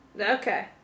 Okay